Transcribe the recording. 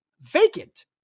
vacant